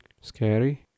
scary